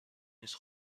نیست